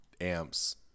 amps